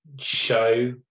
show